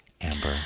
Amber